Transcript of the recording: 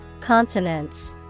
Consonants